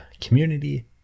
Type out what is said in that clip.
community